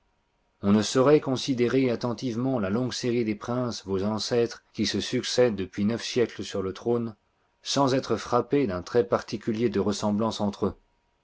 on ne saurait considérer attentivement la longue série des princes vos ancêtres qui se succèdent depuis neuf siècles sur le trône sans être frappé d'un trait particulier de ressemblance entre eux